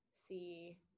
see